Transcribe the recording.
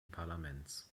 parlaments